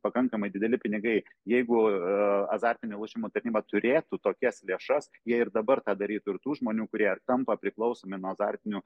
pakankamai dideli pinigai jeigu azartinių lošimų tarnyba turėtų tokias lėšas jie ir dabar tą darytų ir tų žmonių kurie tampa priklausomi nuo azartinių